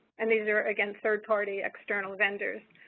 and these are again third-party external vendors.